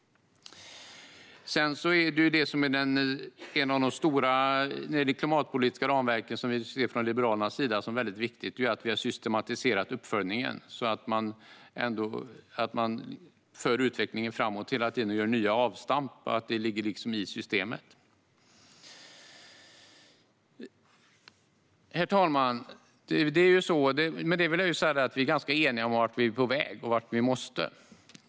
En av de stora sakerna i det klimatpolitiska ramverket, som vi från Liberalernas sida ser som väldigt viktig, är att vi har systematiserat uppföljningen så att man hela tiden för utvecklingen framåt och gör nya avstamp. Detta ligger liksom i systemet. Herr talman! Med detta vill jag säga att vi är ganska eniga om vart vi är på väg och vart vi måste.